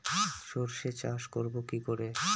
সর্ষে চাষ করব কি করে?